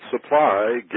supply